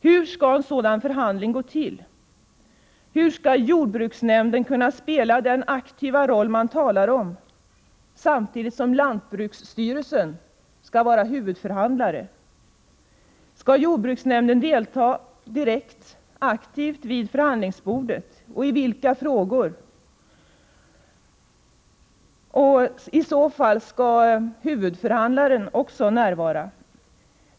Hur skall en sådan förhandling gå till? Hur skall jordbruksnämnden kunna spela den aktiva roll man talar om, när lantbruksstyrelsen skall vara huvudförhandlare? Skall jordbruksnämnden delta aktivt direkt vid förhandlingsbordet, och i vilka frågor, och skall i så fall också huvudförhandlaren närvara?